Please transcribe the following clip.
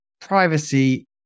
privacy